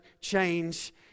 change